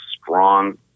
strong